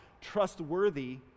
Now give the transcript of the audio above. trustworthy